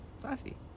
Classy